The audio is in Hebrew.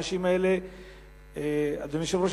אדוני היושב-ראש,